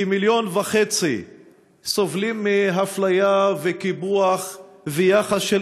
כ-1.5 מיליון סובלים מאפליה וקיפוח ויחס של